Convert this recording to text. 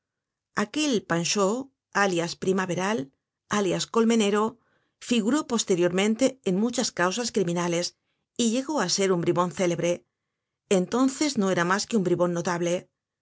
aquel panchaud alias primaveral alias colmenero figuró posteriormente en muchas causas criminales y llegó á ser un bribon célebre entonces no era mas que un bribon notable